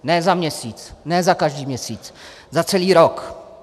Ne za měsíc, ne za každý měsíc za celý rok.